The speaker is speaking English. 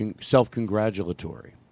self-congratulatory